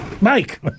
Mike